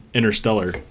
Interstellar